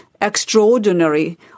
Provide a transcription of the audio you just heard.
extraordinary